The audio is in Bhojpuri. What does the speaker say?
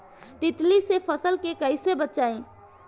तितली से फसल के कइसे बचाई?